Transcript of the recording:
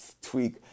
tweak